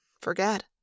forget